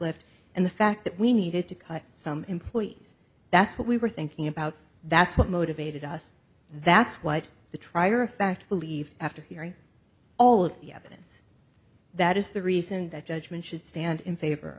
forklift and the fact that we needed to cut some employees that's what we were thinking about that's what motivated us that's what the trier of fact believed after hearing all of the evidence that is the reason that judgment should stand in favor